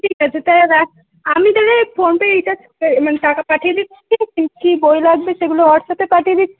ঠিক আছে তাহলে রাখছি আমি তালে ফোন পে রিচার্জ মানে টাকা পাঠিয়ে দিচ্ছি কী কী বই লাগবে সেগুলো হোয়াটস্যাপে পাঠিয়ে দিচ্ছি